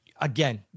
again